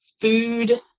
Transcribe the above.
food